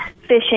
fishing